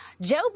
Joe